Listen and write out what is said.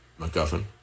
MacGuffin